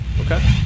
Okay